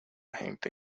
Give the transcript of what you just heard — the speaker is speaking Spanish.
gente